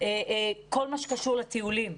כל מה שקשור לטיולים.